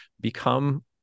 become